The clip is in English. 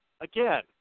again